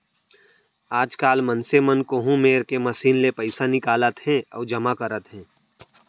आजकाल मनसे मन कोहूँ मेर के मसीन ले पइसा निकालत हें अउ जमा करत हें